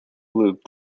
loop